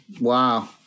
wow